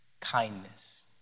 kindness